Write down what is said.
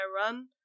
run